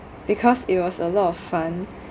because it was a lot of fun